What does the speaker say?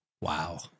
Wow